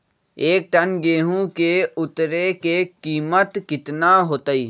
एक टन गेंहू के उतरे के कीमत कितना होतई?